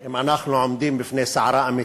אם אנחנו עומדים בפני סערה אמיתית.